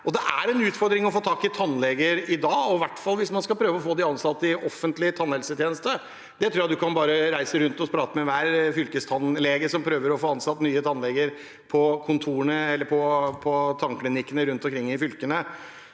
Det er en utfordring å få tak i tannleger i dag, og i hvert fall hvis man skal prøve å få dem ansatt i offentlig tannhelsetjeneste. Det tror jeg en får høre hvis en reiser rundt og prater med enhver fylkestannlege som prøver å få ansatt nye tannleger på tannklinikkene rundt omkring i fylkene.